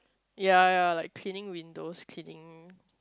ya ya like cleaning windows cleaning